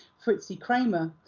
fritzi kramer,